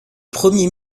premier